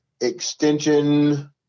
extension